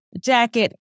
jacket